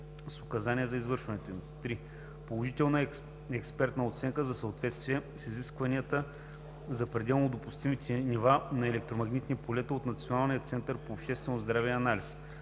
с указания за извършването им; 3. положителна експертна оценка за съответствие с изискванията за пределно допустимите нива на електромагнитни полета от Националния център по обществено здраве и анализи;